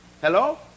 Hello